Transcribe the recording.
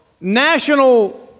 national